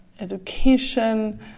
education